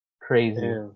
Crazy